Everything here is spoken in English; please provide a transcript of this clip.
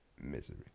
Misery